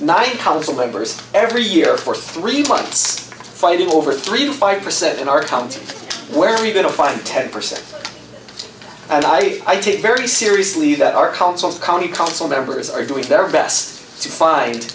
nine council members every year for three months fighting over three to five percent in our town to where even to find ten percent and i take very seriously that our councils county council members are doing their best to find